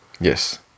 Yes